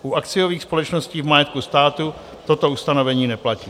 U akciových společností v majetku státu toto ustanovení neplatí.